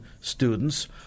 students